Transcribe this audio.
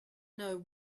know